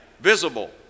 visible